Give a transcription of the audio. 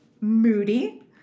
moody